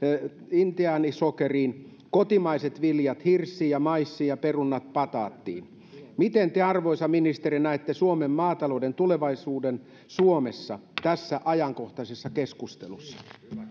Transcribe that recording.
intiaanisokeriin kotimaiset viljat hirssiin ja maissiin ja perunat bataattiin miten te arvoisa ministeri näette suomen maatalouden tulevaisuuden tässä ajankohtaisessa keskustelussa